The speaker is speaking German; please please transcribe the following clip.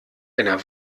einer